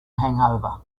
hangover